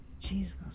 Jesus